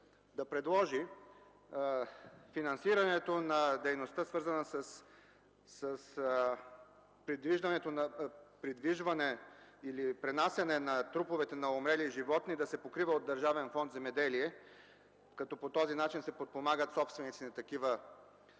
да предложи финансирането на дейността, свързана с придвижването или пренасянето на трупове на умрели животни, да се покрива от Държавен фонд „Земеделие”, като по този начин се подпомагат собствениците на